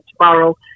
tomorrow